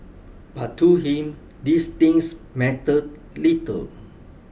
but to him these things mattered little